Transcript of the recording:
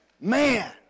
Man